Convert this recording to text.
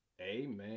Amen